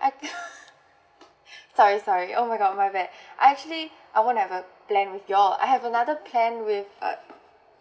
I sorry sorry oh my god my bad I actually I don't have a plan with you all I have another plan with uh